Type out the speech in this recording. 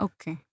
Okay